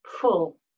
full